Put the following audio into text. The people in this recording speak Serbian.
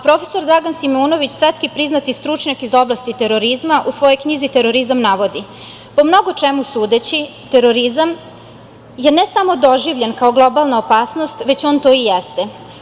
Profesor Dragan Simonović, svetski priznati stručnjak iz oblasti terorizma, u svojoj knjizi „Terorizam“ navodi: „Po mnogo čemu sudeći, terorizam je ne samo doživljen kao globalna opasnost, već on to jeste.